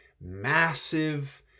massive